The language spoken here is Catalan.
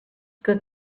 que